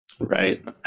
right